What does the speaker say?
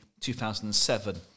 2007